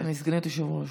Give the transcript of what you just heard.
אני סגנית יושב-ראש.